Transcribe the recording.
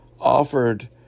offered